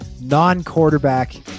non-quarterback